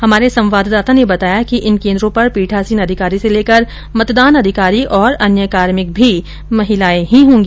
हमारे संवाददात ने बताया कि इन केंद्रों पर पीठासीन अधिकारी से लेकर मतदान अधिकारी और अन्य कार्मिक भी महिलाए ही होगी